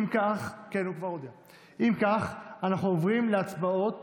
אם כך, אנחנו עוברים להצבעות